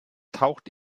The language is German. taucht